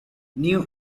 new